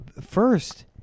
First